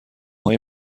های